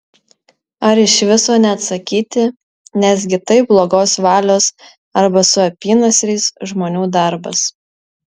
ar iš viso neatsakyti nesgi tai blogos valios arba su apynasriais žmonių darbas